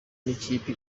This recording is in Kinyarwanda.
n’ikipe